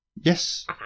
Yes